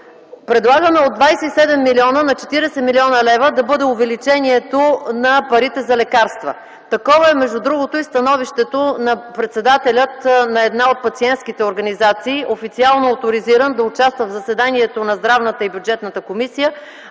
Предлагаме от 27 милиона на 40 млн. лв. да бъде увеличението на парите за лекарства. Такова е между другото и становището на председателя на една от пациентските организации, официално оторизиран да участва в заседанията на Здравната и Бюджетната комисия,